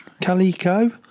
calico